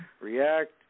react